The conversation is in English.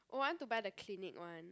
I want to buy the Clinique one